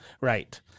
Right